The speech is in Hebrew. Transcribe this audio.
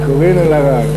קארין אלהרר.